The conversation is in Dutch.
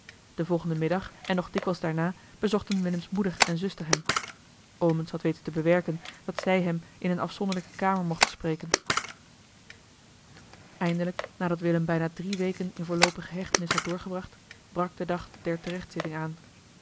den volgenden middag en nog dikwijls daarna bezochten willems moeder en zuster hem omens had weten te bewerken dat zij hem in eene afzonderlijke kamer mochten spreken eindelijk nadat willem bijna drie weken in voorloopige hechtenis had doorgebracht brak de dag der terechtzitting aan